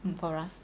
for us